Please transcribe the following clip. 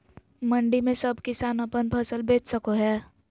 मंडी में सब किसान अपन फसल बेच सको है?